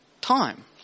time